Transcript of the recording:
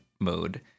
mode